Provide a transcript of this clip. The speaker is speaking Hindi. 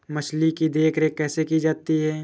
मछली की देखरेख कैसे की जाती है?